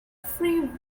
free